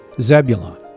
Zebulon